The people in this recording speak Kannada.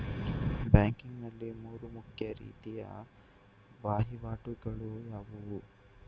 ಬ್ಯಾಂಕಿಂಗ್ ನಲ್ಲಿ ಮೂರು ಮುಖ್ಯ ರೀತಿಯ ವಹಿವಾಟುಗಳು ಯಾವುವು?